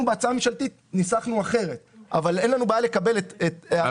אנחנו בהצעה הממשלתית ניסחנו אחרת אבל אין לנו בעיה לקבל --- אבי,